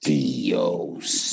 Dios